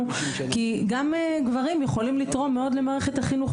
- כי גם גברים יכולים לתרום מאוד למערכת החינוך.